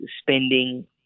spending